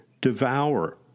devour